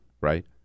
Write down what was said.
right